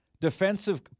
defensive